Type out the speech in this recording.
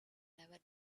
never